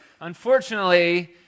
unfortunately